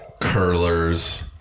Curlers